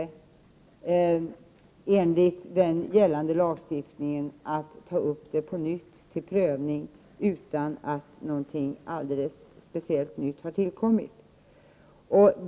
1988/89:92 enligt gällande lagstiftning att ta upp ärendet till förnyad prövning utan att 7 april 1989 något nytt tillkommit i ärendet.